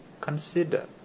consider